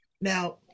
Now